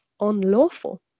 unlawful